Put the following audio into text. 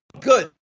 good